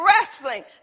wrestling